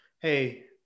hey